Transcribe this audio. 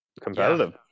competitive